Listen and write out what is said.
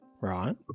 Right